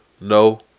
No